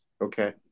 Okay